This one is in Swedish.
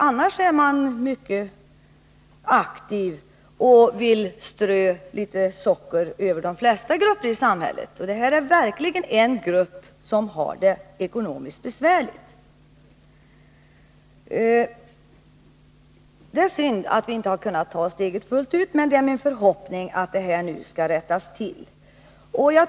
Annars är man mycket aktiv och vill strö litet socker över de flesta grupper i samhället. Här gäller det verkligen en grupp som har det ekonomiskt besvärligt. Det är synd att vi inte har kunnat ta steget fullt ut, men min förhoppning är att förhållandena nu skall rättas till.